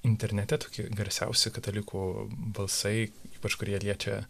internete tokie garsiausi katalikų balsai ypač kurie liečia